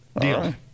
Deal